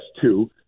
two